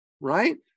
Right